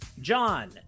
John